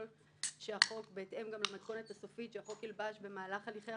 מה יכולה לעשות הוועדה על מנת שהתיקון יוכל לצלוח את מבחני הביקורת